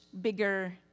bigger